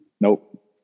Nope